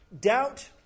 doubt